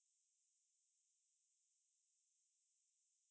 I see so you probably like doritos